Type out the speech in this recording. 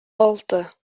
алты